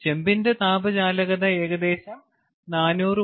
ചെമ്പിന്റെ താപചാലകത ഏകദേശം 400WmK ആണ്